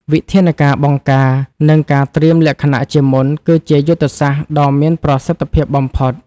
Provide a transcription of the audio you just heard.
វិធានការបង្ការ និងការត្រៀមលក្ខណៈជាមុន គឺជាយុទ្ធសាស្ត្រដ៏មានប្រសិទ្ធភាពបំផុត។